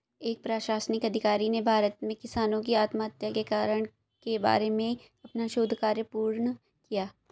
एक प्रशासनिक अधिकारी ने भारत में किसानों की आत्महत्या के कारण के बारे में अपना शोध कार्य पूर्ण किया